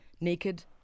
Naked